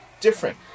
different